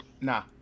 nah